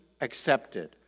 accepted